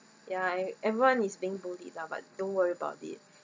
ya e~ everyone is being bullied lah but don't worry about it